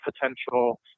potential